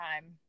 time